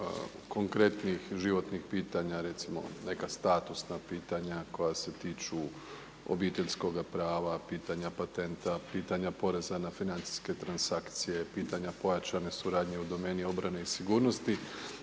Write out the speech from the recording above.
konkretnih životnih pitanja, recimo neka statusna pitanja koja se tiču obiteljskoga prava, pitanja patenta, pitanja poreza na financijske transakcije, pitanja pojačane suradnje u domeni obrane i sigurnosti.